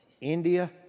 India